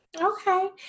Okay